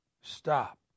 Stop